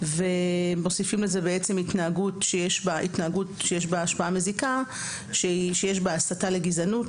ומוסיפים לזה בעצם - "התנהגות שיש בה השפעה מזיקה שיש בה הסתה לגזענות,